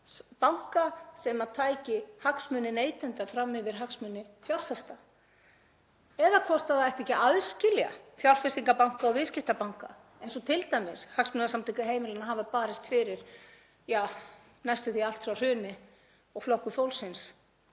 banka sem tæki hagsmuni neytenda fram yfir hagsmuni fjárfesta, eða hvort það ætti ekki að aðskilja fjárfestingarbanka og viðskiptabanka eins og t.d. Hagsmunasamtök heimilanna hafa barist fyrir næstum því allt frá hruni og Flokkur fólksins